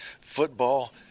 football